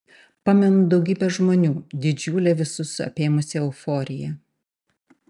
pamenu daugybę žmonių didžiulę visus apėmusią euforiją